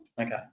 Okay